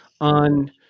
on